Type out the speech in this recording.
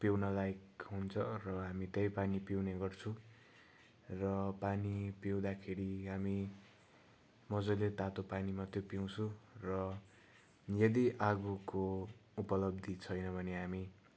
पिउनलायक हुन्छ र हामी त्यही पानी पिउने गर्छौँ र पानी पिउँदाखेरि हामी मज्जाले तातो पानी मात्रै पिउछौँ र यदि आगोको उपलब्धि छैन भने हामी